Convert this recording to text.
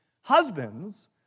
Husbands